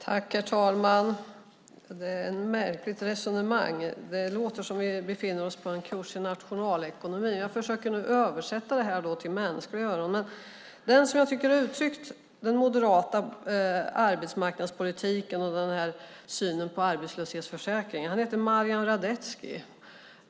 Herr talman! Det är ett märkligt resonemang. Det låter som om vi befinner oss på en kurs i nationalekonomi. Jag försöker nu översätta detta till mänskliga öron. Den som jag tycker bäst har uttryckt den moderata arbetsmarknadspolitiken och den här synen på arbetslöshetsförsäkringen heter Marian Radetzky.